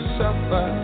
suffer